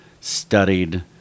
studied